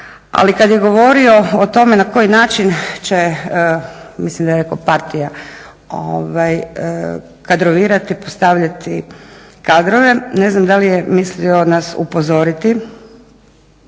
Ali kada je govorio o tome na koji način će mislim da je rekao partija, kadrovirati i postavljati kadrove, ne znam da li nas je mislio upozoriti